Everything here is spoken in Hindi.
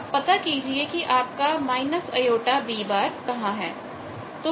अब पता कीजिए कि आपका jB कहां है